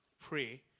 pray